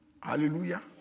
Hallelujah